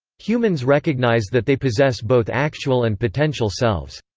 humans recognise that they possess both actual and potential selves.